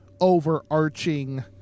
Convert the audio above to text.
overarching